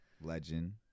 legend